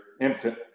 infant